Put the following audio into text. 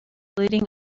bleeding